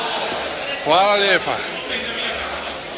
Hvala lijepa.